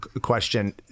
question